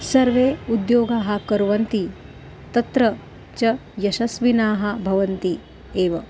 सर्वे उद्योगाः कुर्वन्ति तत्र च यशस्विनः भवन्ति एव